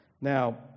Now